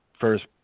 first